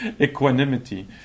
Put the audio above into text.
Equanimity